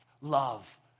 love